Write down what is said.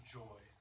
joy